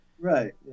Right